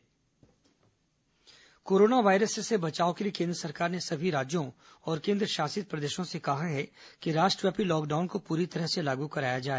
corona lockdown corona virus से बचाव के लिए केन्द्र सरकार ने सभी राज्यों और केन्द्र शासित प्रदेशों से कहा है कि राष्ट्रव्यापी लॉकडाउन को पूरी तरह से लागू करवाया जाए